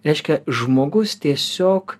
reiškia žmogus tiesiog